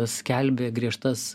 skelbė griežtas